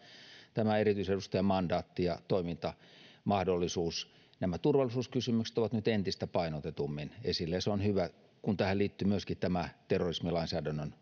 tämän erityisedustajan mandaatti ja toimintamahdollisuus nämä turvallisuuskysymykset ovat nyt entistä painotetummin esillä ja se on hyvä kun tähän liittyvät myöskin nämä terrorismilainsäädännön